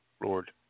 Lord